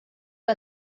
que